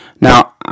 Now